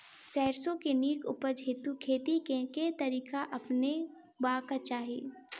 सैरसो केँ नीक उपज हेतु खेती केँ केँ तरीका अपनेबाक चाहि?